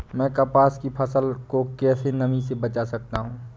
मैं कपास की फसल को कैसे नमी से बचा सकता हूँ?